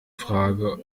frage